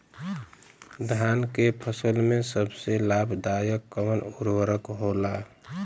धान के फसल में सबसे लाभ दायक कवन उर्वरक होला?